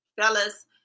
Fellas